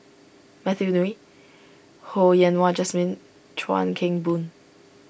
Matthew Ngui Ho Yen Wah Jesmine Chuan Keng Boon